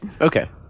Okay